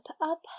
up